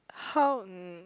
how mm